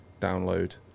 download